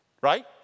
Right